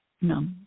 No